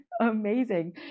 amazing